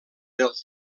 del